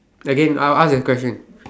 again I will ask that question